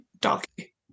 donkey